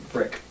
Brick